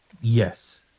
Yes